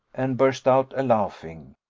and burst out a-laughing.